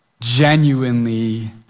genuinely